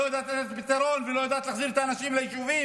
והיא לא יודעת לתת פתרון ולא יודעת להחזיר את האנשים ליישובים.